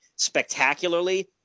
spectacularly